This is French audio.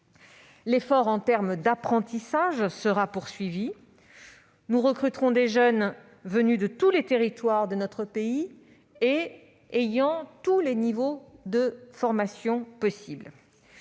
L'effort en termes d'apprentissage sera poursuivi. Nous recruterons des jeunes venus de tous les territoires de notre pays et de tous les niveaux de formation. Nous